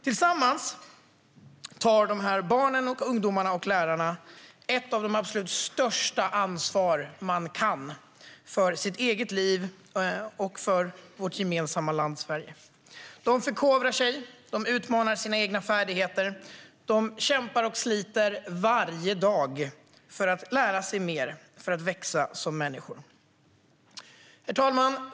Tillsammans tar dessa barn och ungdomar och lärare ett av de absolut största ansvar man kan ta för sitt eget liv och gemensamt för vårt land. De förkovrar sig, de utmanar sina egna färdigheter, de kämpar och sliter varje dag för att lära sig mer och växa som människor. Herr talman!